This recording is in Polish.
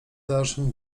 dalszym